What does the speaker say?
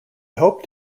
hoped